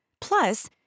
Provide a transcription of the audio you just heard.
Plus